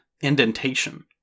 indentation